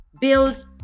build